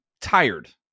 tired